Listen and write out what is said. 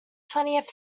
twentieth